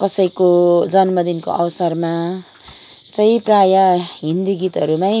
कसैको जन्मदिनको अवसरमा चाहिँ प्राय हिन्दी गीतहरूमै